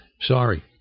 Sorry